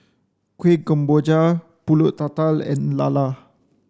Kuih Kemboja Pulut Tatal and Lala